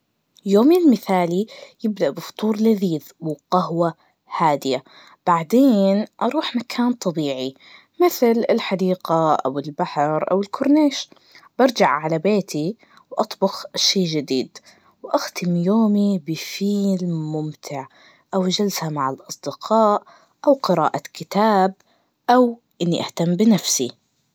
يومي المثالي يبدأ بفطور لذيذ وقهوة هادية, بعدين أروح مكان طبيعي, مثل الحديقة, أو البحر, أو الكرنيش, برجع على بيتي وأطبخ شي جديد, وأختم يومي بفيلم ممتع, أو جلسة مع الأصدقاء, أو قراءة كتاب, أو إني أهتم بنفسي.